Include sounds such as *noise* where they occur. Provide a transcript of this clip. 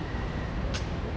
*noise*